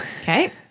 Okay